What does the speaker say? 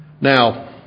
Now